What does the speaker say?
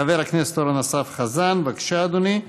חבר הכנסת אורן אסף חזן, בבקשה, אדוני.